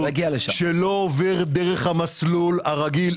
שלא עובר דרך המסלול הרגיל.